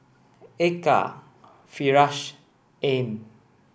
Eka Firash Ain